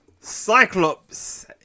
Cyclops